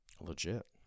Legit